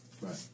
Right